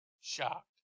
shocked